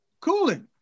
cooling